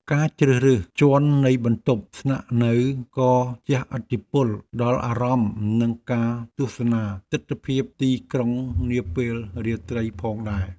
ការជ្រើសរើសជាន់នៃបន្ទប់ស្នាក់នៅក៏ជះឥទ្ធិពលដល់អារម្មណ៍និងការទស្សនាទិដ្ឋភាពទីក្រុងនាពេលរាត្រីផងដែរ។